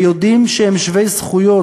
ויודעים שהם שווי זכויות,